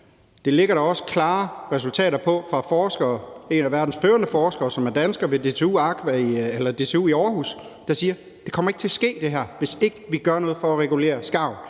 Det ligger der også klare resultater på fra forskere. En af verdens førende forskere, som er dansker, ved DTU i Aarhus siger: Det her kommer ikke til at ske, hvis ikke vi gør noget for at regulere skarv,